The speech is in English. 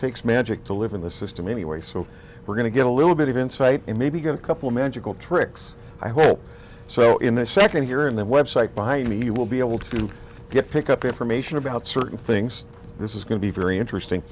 takes magic to live in the system anyway so we're going to get a little bit of insight and maybe get a couple of magical tricks i hope so in the second here in the website behind me you will be able to get pick up information about certain things this is going to be very interesting